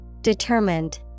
Determined